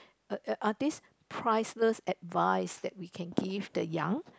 uh are this priceless advice that we can give the young